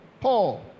Paul